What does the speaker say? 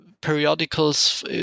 Periodicals